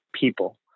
people